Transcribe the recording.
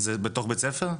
זה בתוך בית ספר?